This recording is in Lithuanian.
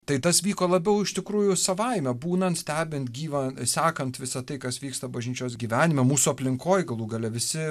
tai tas vyko labiau iš tikrųjų savaime būnant stebint gyvą sekant visa tai kas vyksta bažnyčios gyvenime mūsų aplinkoj galų gale visi